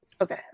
Okay